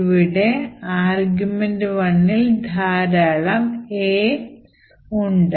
ഇവിടെ argv1ഇൽ ധാരാളം A's ഉണ്ട്